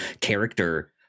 character